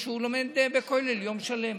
או שהוא לומד בכולל יום שלם,